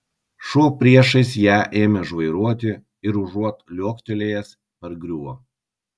šuo priešais ją ėmė žvairuoti ir užuot liuoktelėjęs pargriuvo